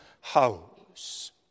house